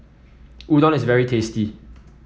Udon is very tasty